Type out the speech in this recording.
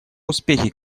успехи